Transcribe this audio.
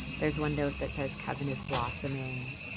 there's one note that says kevin is blossoming.